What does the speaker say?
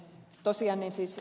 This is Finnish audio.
asian esi isä